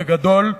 בגדול,